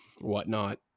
whatnot